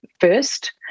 first